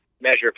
measure